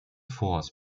forts